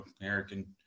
american